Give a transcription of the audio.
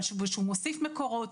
שהוא מוסיף מקורות,